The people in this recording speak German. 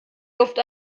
luft